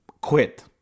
quit